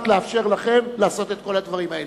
על מנת לאפשר לכם לעשות את כל הדברים האלה.